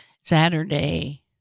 Saturday